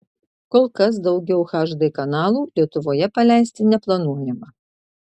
kol kas daugiau hd kanalų lietuvoje paleisti neplanuojama